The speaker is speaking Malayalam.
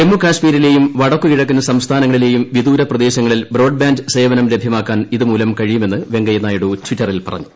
ജമ്മുകശ്മീരിലേയും വടക്ക് കിഴക്കൻ സംസ്ഥാനങ്ങളിലേയും വിദൂര പ്രപ്പദേശങ്ങളിൽ ബ്രോഡ്ബാന്റ് സേവനം ലഭൃമാക്കാൻ ഇതുമൂല് കഴിയുമെന്ന് വെങ്കയ്യ നായിഡു ടിറ്ററിൽ പറഞ്ഞു